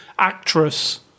actress